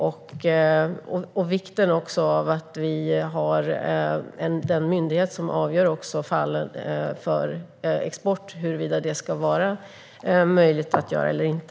Jag vill också betona vikten av att vi har den myndighet som avgör fallen när det gäller export och huruvida det ska vara möjligt att exportera eller inte.